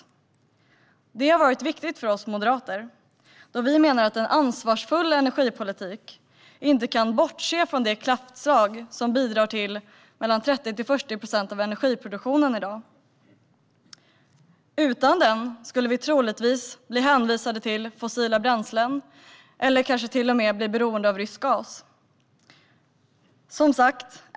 Detta har varit viktigt för oss moderater då vi menar att en ansvarsfull energipolitik inte kan bortse från det kraftslag som bidrar med mellan 30 och 40 procent av energiproduktionen i dag. Utan den skulle vi troligtvis bli hänvisade till fossila bränslen eller kanske till och med bli beroende av rysk gas.